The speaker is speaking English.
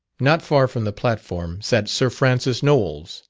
not far from the platform sat sir francis knowles,